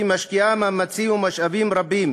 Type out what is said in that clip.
משקיעה מאמצים ומשאבים רבים